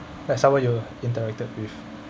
that's someone you interacted with